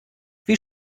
wie